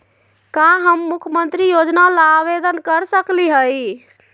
का हम मुख्यमंत्री योजना ला आवेदन कर सकली हई?